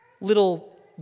little